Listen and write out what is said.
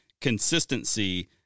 consistency